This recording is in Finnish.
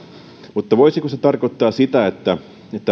mutta voisiko se tarkoittaa sitä että